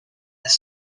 des